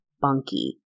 Bunky